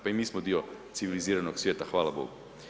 Pa i mi smo dio civiliziranog svijeta, hvala Bogu.